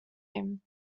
him